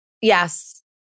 Yes